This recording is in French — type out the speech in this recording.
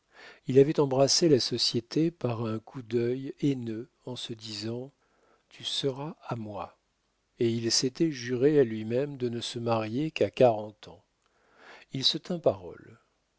il avait embrassé la société par un coup d'œil haineux en se disant tu seras à moi il s'était juré à lui-même de ne se marier qu'à quarante ans il se tint parole